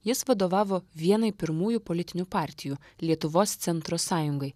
jis vadovavo vienai pirmųjų politinių partijų lietuvos centro sąjungai